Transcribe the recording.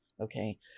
Okay